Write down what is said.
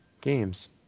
games